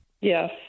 Yes